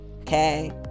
Okay